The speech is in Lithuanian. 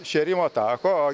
šėrimo tako o